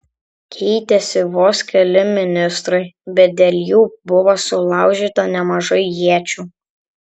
keitėsi vos keli ministrai bet dėl jų buvo sulaužyta nemažai iečių